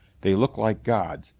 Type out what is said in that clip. they looked like gods,